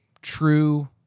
true